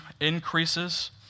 increases